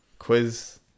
quiz